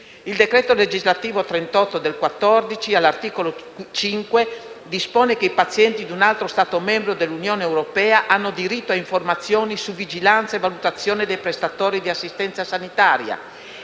Il decreto legislativo n. 38 del 2014, all'articolo 5, dispone che i pazienti di un altro Stato membro dell'Unione europea hanno diritto a informazioni su vigilanza e valutazione dei prestatori di assistenza sanitaria